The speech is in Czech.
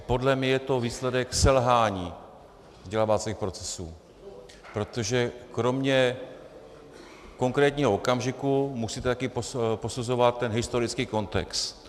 Podle mě je to výsledek selhání vzdělávacích procesů, protože kromě konkrétního okamžiku musíte také posuzovat ten historický kontext.